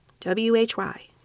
W-H-Y